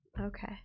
Okay